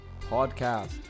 Podcast